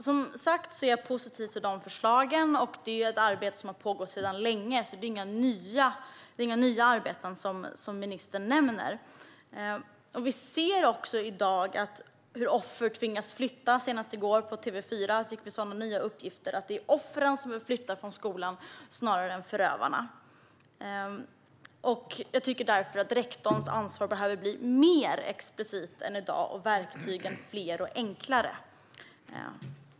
Fru talman! Jag är positiv till de förslagen. Det är ett arbete som har pågått länge, och det är inget nytt som ministern nämner. Vi ser i dag hur offer tvingas flytta. Senast i går framkom nya uppgifter på TV4 att det är offren som flyttar från skolan snarare än förövarna. Rektorns ansvar behöver därför bli mer explicit än i dag och verktygen fler och enklare.